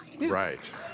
Right